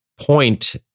point